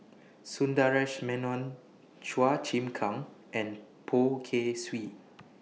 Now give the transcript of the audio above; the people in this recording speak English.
Sundaresh Menon Chua Chim Kang and Poh Kay Swee